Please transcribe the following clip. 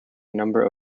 number